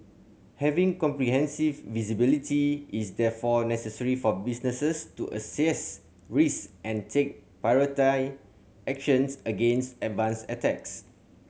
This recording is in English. having comprehensive visibility is therefore necessary for businesses to assess risk and take actions against advanced attacks